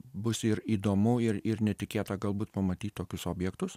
bus ir įdomu ir ir netikėta galbūt pamatyti tokius objektus